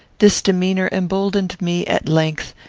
this demeanour emboldened me, at length,